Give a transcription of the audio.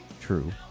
true